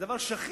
זה דבר שכיח.